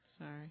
Sorry